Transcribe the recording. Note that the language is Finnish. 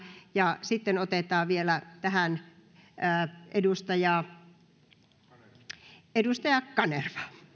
ja sitten otetaan tähän vielä edustaja kanerva